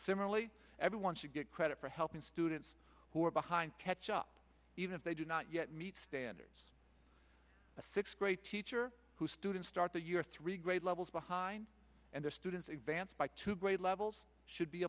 similarly everyone should get credit for helping students who are behind catch up even if they do not yet meet standards a sixth grade teacher who students start the year three grade levels behind and their students advance by two grade levels should be